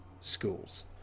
schools